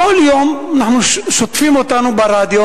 כל יום שוטפים אותנו ברדיו,